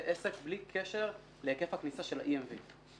עסק בלי קשר להיקף הכניסה של ה-EMV.